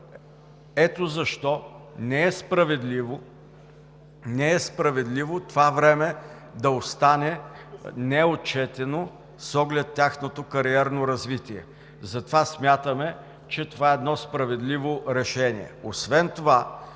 Ето защо не е справедливо това време да остане неотчетено с оглед тяхното кариерно развитие. Затова смятаме, че това решение е справедливо. Освен това